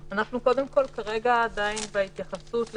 קודם כול, אנחנו כרגע עדיין בהתייחסות לחוזרים.